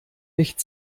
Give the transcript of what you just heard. nicht